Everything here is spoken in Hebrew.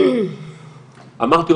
אמרתי,